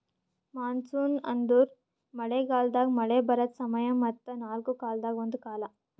monsoon ಅಂದುರ್ ಮಳೆ ಗಾಲದಾಗ್ ಮಳೆ ಬರದ್ ಸಮಯ ಮತ್ತ ನಾಲ್ಕು ಕಾಲದಾಗ ಒಂದು ಕಾಲ